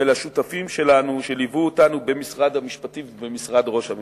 ולשותפים שלנו שליוו אותנו במשרד המשפטים ובמשרד ראש הממשלה.